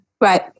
Right